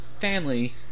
family